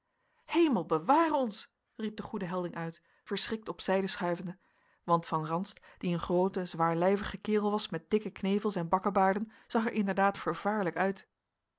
hemel beware ons riep de goede helding uit verschrikt op zijde schuivende want van ranst die een groote zwaarlijvige kerel was met dikke knevels en bakkebaarden zag er inderdaad vervaarlijk uit